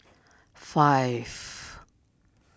five